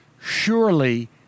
Surely